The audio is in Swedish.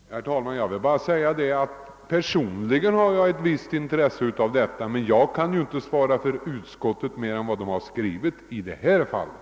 Herr talman! Jag vill bara säga att jag personligen har ett visst intresse för denna sak, men jag kan ju inte svara för utskottet annat än vad gäller det som skrivits i utlåtandet.